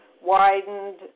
widened